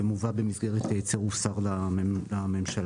ומובא במסגרת צירוף שר לממשלה.